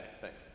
Thanks